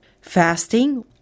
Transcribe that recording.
Fasting